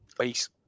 Peace